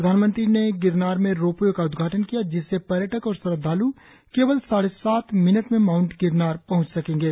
प्रधानमंत्री ने गिरनार में रोपवे का उद्घाटन किया जिससे पर्यटक और श्रद्धालु केवल साढ़े सात मिनट में माउंट गिरनार पहुच सकेंगे